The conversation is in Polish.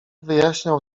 wyjaśniał